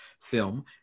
film